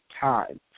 time